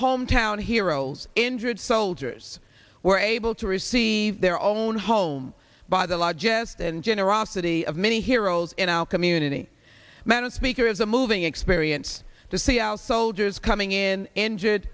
hometown heroes injured soldiers were able to receive their own home by the largest and generosity of many heroes in our community men and speaker is a moving experience to see our soldiers coming in injured